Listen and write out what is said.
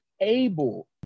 able